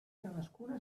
cadascuna